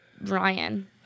Ryan